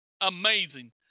Amazing